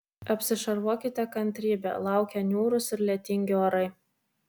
apsišarvuokite kantrybe laukia niūrūs ir lietingi orai